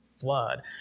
flood